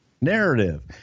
Narrative